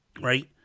Right